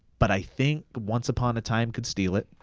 but i think once upon a time could steal it.